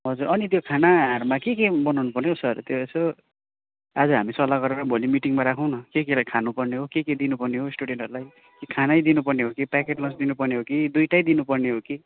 हजुर अनि त्यो खानाहरूमा के के बनाउनु पर्ने हौ सर त्यो यसो आज हामी सल्लाह गरेर भोलि मिटिङमा राखौँ न के के राख्नु पर्ने के के दिनु पर्ने स्टुडेन्टहरूलाई कि खाना दिनु पर्ने हो कि प्याकेट लन्च दिनु पर्ने हो कि दुइवटा दिनु पर्ने हो कि